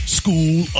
school